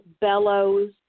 bellows